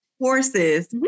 horses